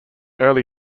early